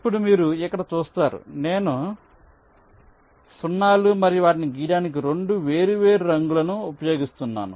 ఇప్పుడు మీరు ఇక్కడ చూస్తారు మేము సున్నాలు మరియు వాటిని గీయడానికి 2 వేర్వేరు రంగులను ఉపయోగిస్తున్నాము